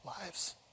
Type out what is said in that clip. lives